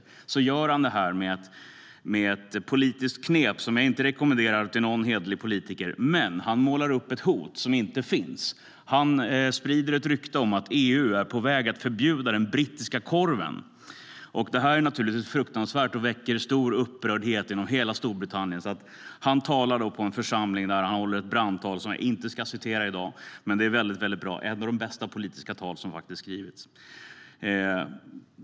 Det gör han med ett politiskt knep som jag inte rekommenderar till någon hederlig politiker; han målar upp ett hot som inte finns. Han sprider ett rykte om att EU är på väg att förbjuda den brittiska korven. Det är naturligtvis fruktansvärt och väcker stor upprördhet genom hela Storbritannien. Han talar då inför en församling och håller ett brandtal som jag inte ska citera i dag - men det är väldigt bra, ett av de bästa politiska tal som har skrivits.